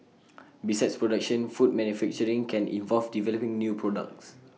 besides production food manufacturing can involve developing new products